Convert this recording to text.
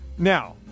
Now